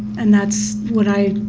and that's what i,